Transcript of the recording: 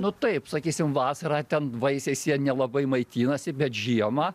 nu taip sakysim vasarą ten vaisiais jie nelabai maitinasi bet žiemą